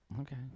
Okay